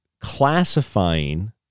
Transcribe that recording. classifying